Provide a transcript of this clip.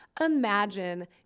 imagine